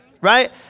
Right